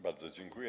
Bardzo dziękuję.